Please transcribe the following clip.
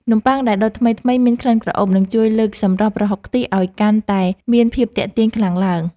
នំប៉័ងដែលដុតថ្មីៗមានក្លិនក្រអូបនឹងជួយលើកសម្រស់ប្រហុកខ្ទិះឱ្យកាន់តែមានភាពទាក់ទាញខ្លាំងឡើង។